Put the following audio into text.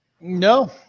No